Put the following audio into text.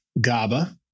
GABA